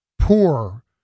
poor